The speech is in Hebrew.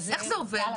איך זה עובד?